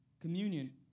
communion